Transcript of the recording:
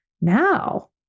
now